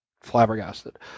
flabbergasted